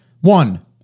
One